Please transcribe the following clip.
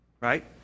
right